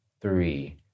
three